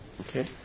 Okay